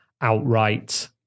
outright